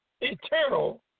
eternal